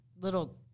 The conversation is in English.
little